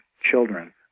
children